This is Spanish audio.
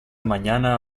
mañana